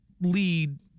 lead